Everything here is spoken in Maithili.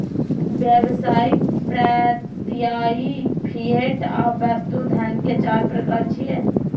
व्यावसायिक, प्रत्ययी, फिएट आ वस्तु धन के चार प्रकार छियै